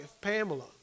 Pamela